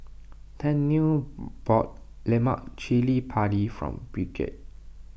Tennille bought Lemak Cili Padi for Bridgette